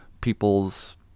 People's